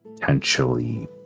potentially